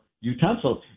utensils